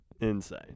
Insane